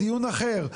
דיון אחר,